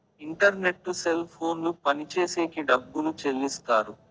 internet cell ఫోన్లు పనిచేసేకి డబ్బులు చెల్లిస్తారు